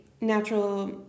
natural